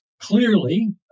clearly